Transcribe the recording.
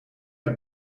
het